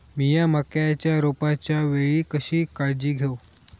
मीया मक्याच्या रोपाच्या वेळी कशी काळजी घेव?